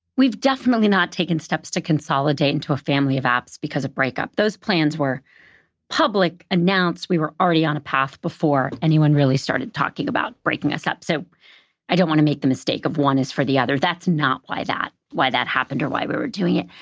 we've definitely not taken steps to consolidate into a family of apps because of breakup. those plans were public announced. we were already on a path before anyone really started talking about breaking us up. so i don't wanna make the mistake of one is for the other. that's not why that why that happened or why we were doing it.